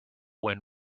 when